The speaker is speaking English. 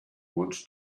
wants